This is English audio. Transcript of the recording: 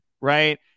right